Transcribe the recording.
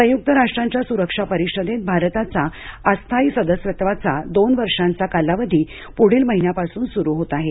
संयुक्त राष्ट्रांच्या सुरक्षा परिषदेत भारताचा अस्थायी सदस्यत्वाचा दोन वर्षांचा कालावधी पुढील महिन्यापासून सुरू होत आहे